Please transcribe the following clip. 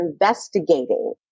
investigating